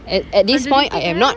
at at this point I am not